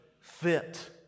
fit